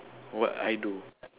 what I do